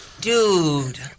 Dude